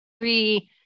three